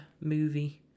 movie